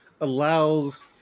allows